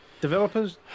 Developers